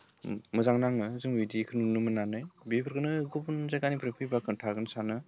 मोजां नाङो जों इदिखो नुनो मोननानै बेफोरखोनो गुबुन जागानिफ्राय फैब्ला खोन्थागोन सानो